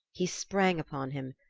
he sprang upon him,